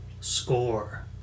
score